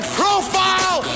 profile